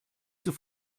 zur